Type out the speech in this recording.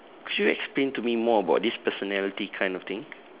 could you explain to me more about this personality kind of thing